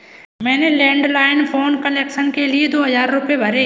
मैंने landline phone connection के लिए दो हजार रुपए भरे